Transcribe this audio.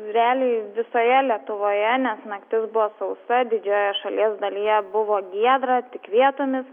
realiai visoje lietuvoje nes naktis buvo sausa didžiojoje šalies dalyje buvo giedra tik vietomis